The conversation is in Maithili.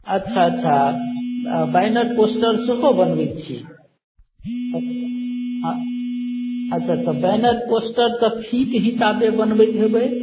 अच्छा अच्छा बैनर पोस्टर सेहो बनबै छी हँ अच्छा तऽ बैनर पोस्टर तऽ फीट हिसाबेँ बनबै हेबै